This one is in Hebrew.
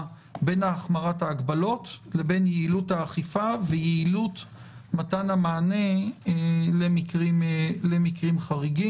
בין החמרת ההגבלות לבין יעילות האכיפה ויעילות מתן המענה למקרים חריגים.